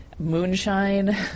moonshine